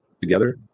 together